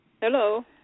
Hello